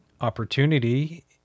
opportunity